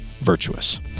virtuous